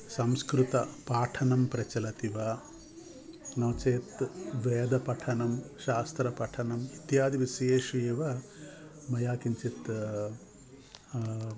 संस्कृत पाठनं प्रचलति वा नो चेत् वेदपठनं शास्त्रपठनं इत्यादि विषयेषु एव मया किञ्चित्